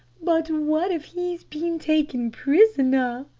but what if he's bin taken prisoner?